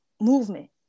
movement